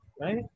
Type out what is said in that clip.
Right